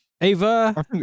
Ava